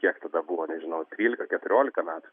kiek tada buvo nežinau trylika keturiolika metų